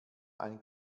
ein